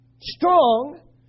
Strong